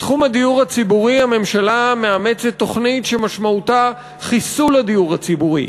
בתחום הדיור הציבורי הממשלה מאמצת תוכנית שמשמעותה חיסול הדיור הציבורי.